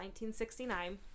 1969